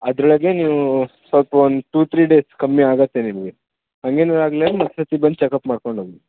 ಅದರೊಳಗೆ ನೀವು ಸ್ವಲ್ಪ ಒನ್ ಟು ತ್ರೀ ಡೇಸ್ ಕಮ್ಮಿ ಆಗುತ್ತೆ ನಿಮಗೆ ಹಾಗೇನು ಆಗಲಿಲ್ಲ ಮತ್ತೆ ಬಂದು ಚೆಕಪ್ ಮಾಡ್ಕೊಂಡೋಗಿ